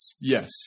Yes